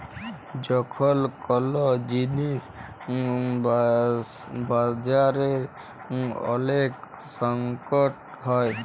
যখল কল জিলিস বাজারে ওলেক সংকট হ্যয়